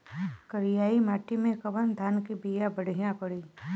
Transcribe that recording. करियाई माटी मे कवन धान के बिया बढ़ियां पड़ी?